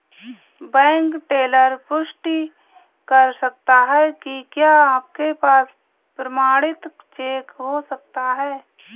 Bank teller पुष्टि कर सकता है कि क्या आपके पास प्रमाणित चेक हो सकता है?